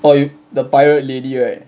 or you the pirate lady right